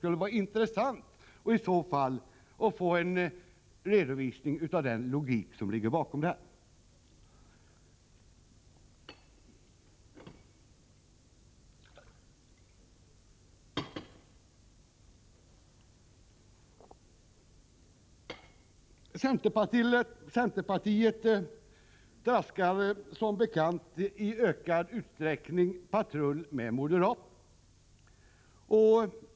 Det vore intressant att få en redovisning av den logik som i så fall ligger bakom er politik. Centerpartiet traskar som bekant i ökad utsträckning patrull med moderaterna.